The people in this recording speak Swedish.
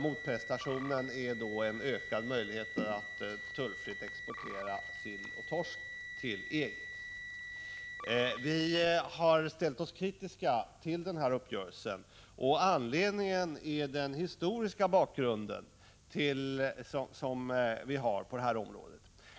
Motprestationen är ökade möjligheter att tullfritt exportera sill och torsk till EG. Vi har ställt oss kritiska till denna uppgörelse. Anledningen är den historiska bakgrunden på detta område.